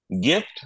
gift